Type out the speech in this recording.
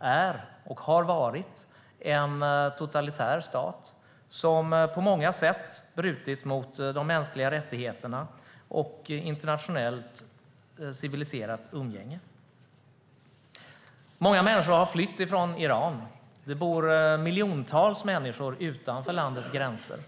är och har varit en totalitär stat som på många sätt brutit mot de mänskliga rättigheterna och internationellt civiliserat umgänge. Många människor har flytt från Iran. Det bor miljontals människor utanför landets gränser.